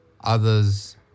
others